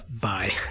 Bye